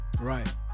Right